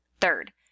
Third